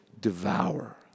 devour